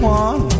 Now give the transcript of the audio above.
one